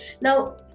Now